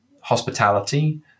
hospitality